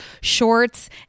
shorts